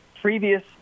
previous